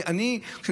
החיכוך, כן.